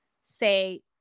say